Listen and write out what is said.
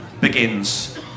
begins